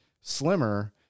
slimmer